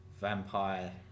vampire